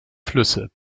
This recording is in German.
flüsse